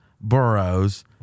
boroughs